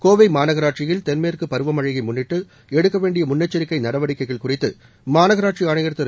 கோவை மாநகராட்சியில் தென்மேற்கு பருவமழையை முன்னிட்டு எடுக்க முன்னெச்சரிக்கை நடவடிக்கைகள் குறித்து மாநகராட்சி ஆணையர் திரு